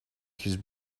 his